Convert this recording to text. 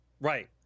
Right